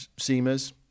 seamers